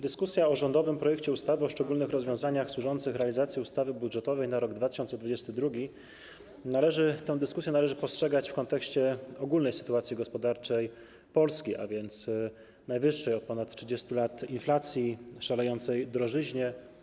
Dyskusję o rządowym projekcie ustawy o szczególnych rozwiązaniach służących realizacji ustawy budżetowej na rok 2022 należy postrzegać w kontekście ogólnej sytuacji gospodarczej Polski, a więc najwyższej od ponad 30 lat inflacji, szalejącej drożyzny.